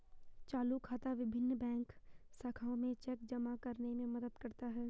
चालू खाता विभिन्न बैंक शाखाओं में चेक जमा करने में मदद करता है